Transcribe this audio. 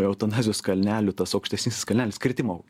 eutanazijos kalnelių tas aukštesnysis kalnelis kritimo